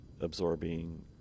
absorbing